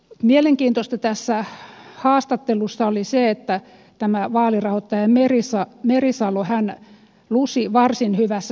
mielenkiintoista tässä haastattelussa oli se että tämä vaalirahoittaja merisalo lusi varsin hyvässä seurassa